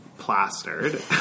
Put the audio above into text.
plastered